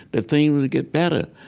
that things would get better.